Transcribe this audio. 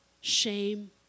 shame